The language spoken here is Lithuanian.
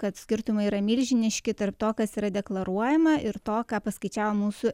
kad skirtumai yra milžiniški tarp to kas yra deklaruojama ir to ką paskaičiavo mūsų